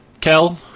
Kel